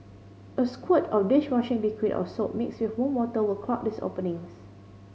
a squirt of dish washing liquid or soap mixed with warm water will clog these openings